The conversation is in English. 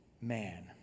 man